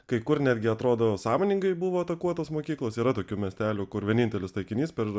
kai kur netgi atrodo sąmoningai buvo atakuotos mokyklos yra tokių miestelių kur vienintelis taikinys per